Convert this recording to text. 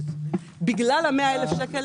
בגלל ה-100,000 האלה,